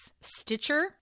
Stitcher